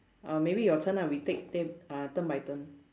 uh maybe your turn ah we take take uh turn by turn